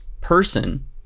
person